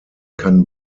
kann